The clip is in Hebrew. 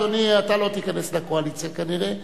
אדוני, אתה לא תיכנס לקואליציה כנראה.